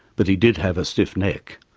but he did have a stiff neck.